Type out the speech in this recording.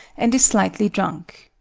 and is slightly drunk.